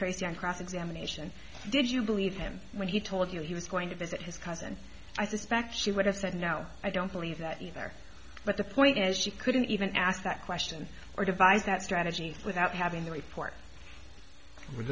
down cross examination did you believe him when he told you he was going to visit his cousin i suspect she would have said no i don't believe that either but the point is she couldn't even ask that question or devise that strategy without having the report w